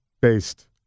based